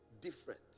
different